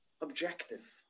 objective